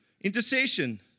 Intercession